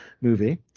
movie